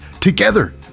together